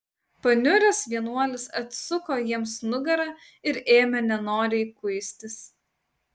paniuręs vienuolis atsuko jiems nugarą ir ėmė nenoriai kuistis